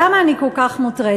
למה אני כל כך מוטרדת?